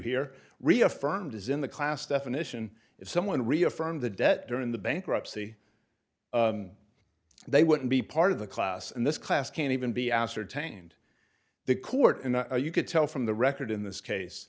here reaffirmed as in the class definition if someone reaffirmed the debt during the bankruptcy they wouldn't be part of the class and this class can even be ascertained the court and you could tell from the record in this case